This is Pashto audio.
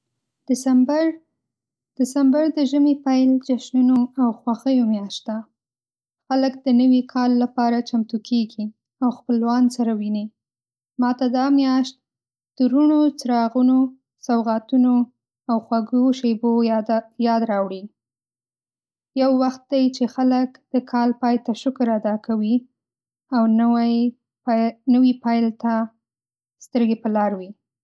دسمبر: دسمبر د ژمي پیل، جشنونو او خوښیو میاشت ده. خلک د نوي کال لپاره چمتو کېږي، او خپلوان سره ویني. ما ته دا میاشت د روڼو څراغونو، سوغاتونو، او خوږو شیبو یاد راوړي. یو وخت دی چې خلک د کال پای ته شکر ادا کوي او نوی او نوي پیل ته سترګې په لاره وي.